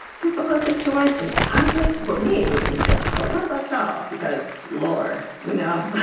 typical situation i think for me it would have been difficult. what about y'all because lord, you know